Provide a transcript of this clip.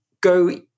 go